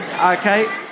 Okay